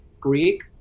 Greek